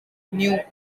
neue